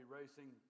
racing